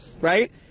right